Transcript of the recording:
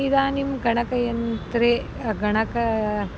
इदानीं गणकयन्त्रे गणकम्